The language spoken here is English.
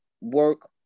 work